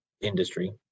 industry